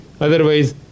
Otherwise